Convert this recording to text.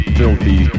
filthy